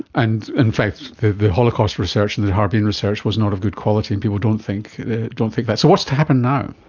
and in fact the holocaust research and the harbin research was not of good quality, and people don't think don't think that. so what's to happen now?